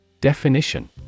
definition